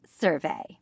survey